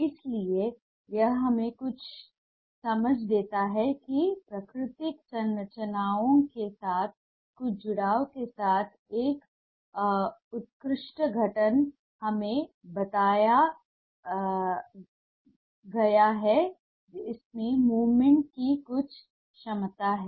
इसलिए यह हमें कुछ समझ देता है कि प्राकृतिक संरचनाओं के साथ कुछ जुड़ाव के साथ एक उत्कृष्ट गठन हमें बताएगा कि इसमें मूवमेंट की कुछ क्षमता है